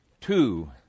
two